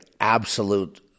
absolute